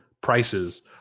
prices